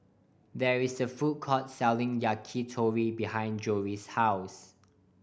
there is a food court selling Yakitori behind Jory's house